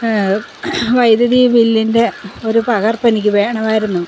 വൈദുതി ബില്ലിൻ്റെ ഒരു പകർപ്പ് എനിക്ക് വേണമായിരുന്നു